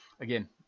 again